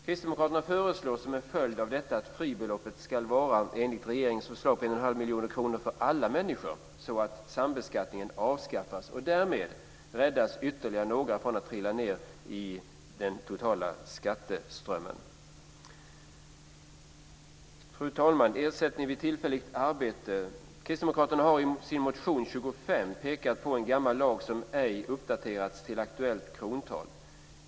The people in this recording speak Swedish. Kristdemokraterna föreslår som en följd av detta att fribeloppet, enligt regeringens förslag, ska vara på 1,5 miljoner kronor för alla människor, så att sambeskattningen avskaffas. Därmed räddas ytterligare några från att trilla ned i den totala skatteströmmen. Fru talman! Sedan är det frågan om ersättning vid tillfälligt arbete. Kristdemokraterna har i sin motion Sk25 pekat på en gammal lag som ej uppdaterats till aktuellt krontal.